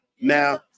now